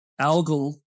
algal